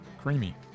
creamy